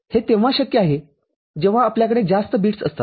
हे तेव्हा शक्य आहेजेव्हा आपल्याकडे जास्त बिट असतात